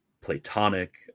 Platonic